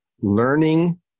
learning